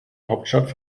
hauptstadt